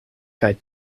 kaj